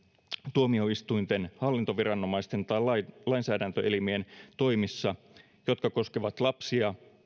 tuomioistuinten hallintoviranomaisten tai tai lainsäädäntöelimien toimissa jotka koskevat lapsia